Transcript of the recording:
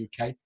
UK